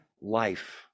life